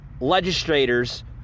legislators